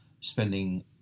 spending